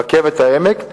רכבת העמק,